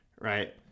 right